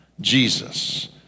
Jesus